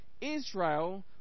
Israel